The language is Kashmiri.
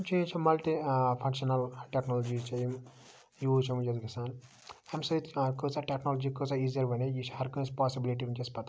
چیٖز چھِ مَلٹہِ فَنٛگشنل ٹیٚکنالجی چھِ یِم یوٗز چھِ ونکٮ۪س گَژھان امہِ سۭتۍ کۭژاہ ٹیٚکنالجی کۭژاہ ایٖزِیَر بنے یہِ چھِ ہر کٲنٛسہِ پاسِبِلِٹی ونکٮ۪س پَتہہ